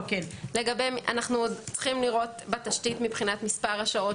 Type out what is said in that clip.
אנחנו צריכים לראות בתשתית את מספר השעות